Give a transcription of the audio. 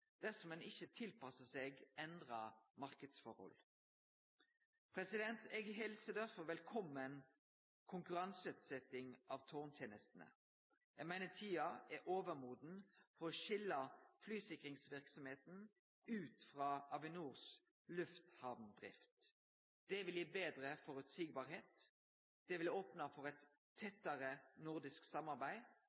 dersom ein ikkje tilpassar seg endra marknadsforhold. Eg helser derfor velkommen konkurranseutsetjing av tårntenestene. Eg meiner tida er overmoden for å skilje flysikringsverksemda ut frå Avinors lufthamndrift. Det vil betre føreseielegheita, det vil opne for eit tettare nordisk samarbeid,